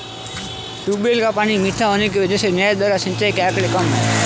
tubewell का पानी मीठा होने की वजह से नहर द्वारा सिंचाई के आंकड़े कम है